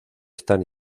están